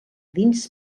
dins